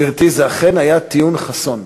גברתי, זה אכן היה טיעון חסון.